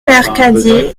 mercadier